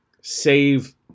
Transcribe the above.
save